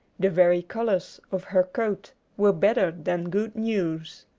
the very colours of her coat were better than good news.